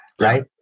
right